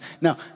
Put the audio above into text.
Now